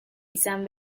izan